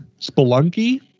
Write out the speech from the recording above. Spelunky